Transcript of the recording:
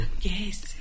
Yes